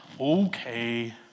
okay